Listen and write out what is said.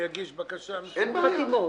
אגיש בקשה מסודרת עם חתימות.